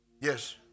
Yes